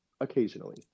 occasionally